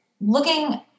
looking